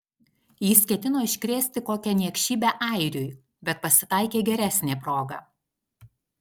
jis ketino iškrėsti kokią niekšybę airiui bet pasitaikė geresnė proga